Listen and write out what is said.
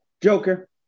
Joker